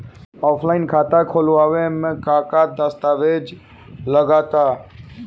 Offline खाता खुलावे म का का दस्तावेज लगा ता?